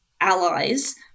allies